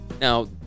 Now